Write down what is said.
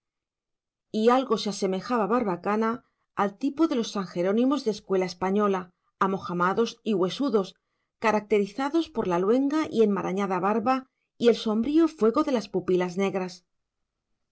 y algo se asemejaba barbacana al tipo de los san jerónimos de escuela española amojamados y huesudos caracterizados por la luenga y enmarañada barba y el sombrío fuego de las pupilas negras